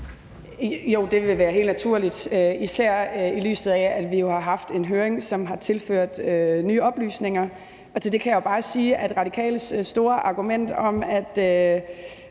Jo, det ville være helt naturligt, især set i lyset af, at vi jo har haft en høring, som har tilført nye oplysninger. Jeg kan jo bare sige, at i forhold til Radikales store argument om, at